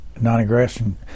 non-aggression